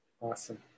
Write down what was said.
awesome